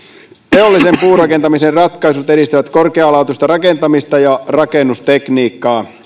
teollisen puurakentamisen ratkaisut edistävät korkealaatuista rakentamista ja rakennustekniikkaa